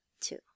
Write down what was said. two